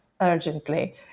urgently